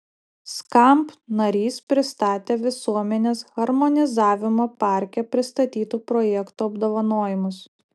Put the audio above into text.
skamp narys pristatė visuomenės harmonizavimo parke pristatytų projektų apdovanojimus